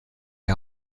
die